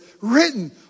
written